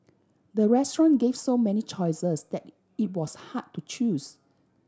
the restaurant gave so many choices that it was hard to choose